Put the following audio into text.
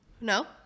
No